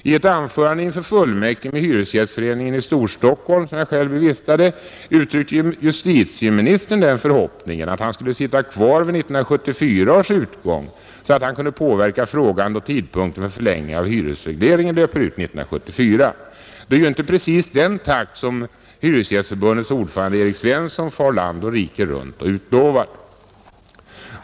I ett anförande inför fullmäktige med Hyresgästföreningen i Stor-Stockholm, som jag själv bevistade, uttryckte justitieministern den förhoppningen att han skulle sitta kvar vid 1974 års utgång, så att han kunde påverka frågan då tidpunkten för förlängning av hyresregleringen löper ut 1974. Det är ju inte precis den takt som Hyresgästernas riksförbunds ordförande Erik Svensson far land och rike runt och utlovar.